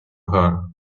her